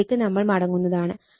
അതിലേക്ക് നമ്മൾ മടങ്ങുന്നതാണ്